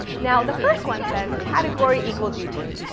now, the first one says, category equals youtube.